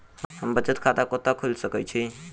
हम बचत खाता कतऽ खोलि सकै छी?